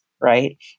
Right